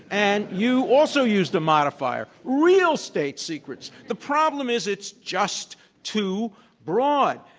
and you also used a modifier, real state secrets. the problem is it's just too broad.